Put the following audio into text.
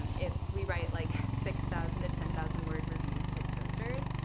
it's we write like six thousand to ten thousand word reviews of like toasters.